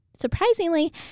Surprisingly